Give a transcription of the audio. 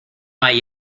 hay